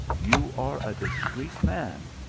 you are a dis creet man,